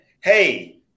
hey